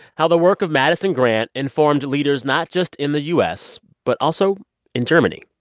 how the work of madison grant informed leaders not just in the u s, but also in germany.